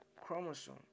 chromosome